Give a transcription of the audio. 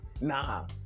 nah